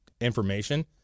information